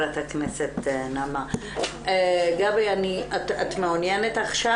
גבי את מעוניינת לדבר?